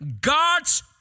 God's